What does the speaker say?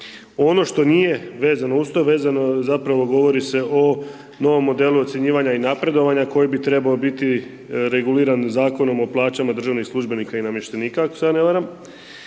ono što nije vezano uz to, vezano zapravo govori se o novom modelu ocjenjivanju i napredovanja koji bi treba biti reguliran Zakonom o plaćama državnih službenika i namještenika ako se ja ne varam,